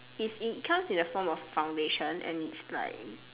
is it comes in the form of foundation and it's like